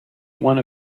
one